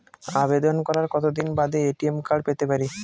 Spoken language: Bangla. আবেদন করার কতদিন বাদে এ.টি.এম কার্ড পেতে পারি?